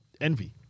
Envy